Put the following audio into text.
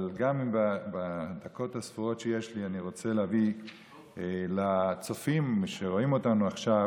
אבל גם בדקות הספורות שיש לי אני רוצה להבהיר לצופים שרואים אותנו עכשיו